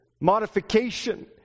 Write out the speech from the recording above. modification